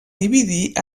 dividir